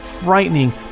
frightening